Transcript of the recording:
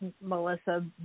Melissa